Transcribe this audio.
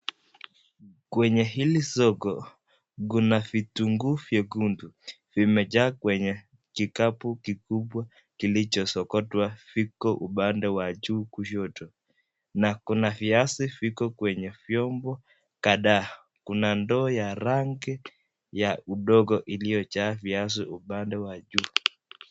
Kwenye hili soko , Kuna vitunguu vyekundu, vimejaa kwenye kikapu kikubwa kilichosokotwa Kiko upande wa juu kushoto, na kuna viazi viko kwenye vyombo kadaa. Ku a ndoo ya rangi ya udongo iliyojaa viazi upande wa juu.